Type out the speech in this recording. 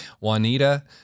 Juanita